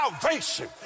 salvation